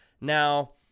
Now